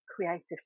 creative